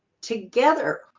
Together